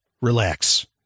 Relax